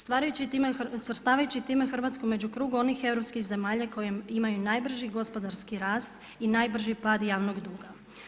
Stvarajući time, svrstavajući time Hrvatsku, među krug onih europskih zemalja koji imaju najbrži gospodarski rast i najbrži pad javnog duga.